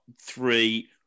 three